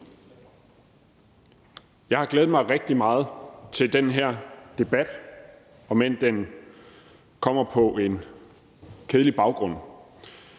Jeg har glædet mig rigtig meget til den her debat, om end den kommer på en kedelig baggrund.